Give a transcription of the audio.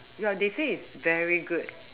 ya they say is very good